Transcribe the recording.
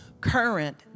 current